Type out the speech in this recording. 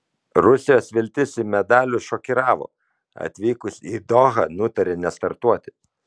rusijos viltis į medalius šokiravo atvykusi į dohą nutarė nestartuoti